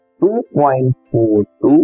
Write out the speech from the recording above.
2.42